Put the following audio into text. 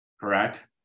correct